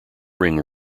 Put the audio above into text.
ring